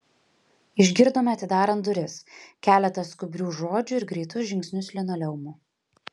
išgirdome atidarant duris keletą skubrių žodžių ir greitus žingsnius linoleumu